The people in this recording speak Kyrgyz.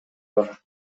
бар